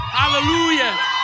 hallelujah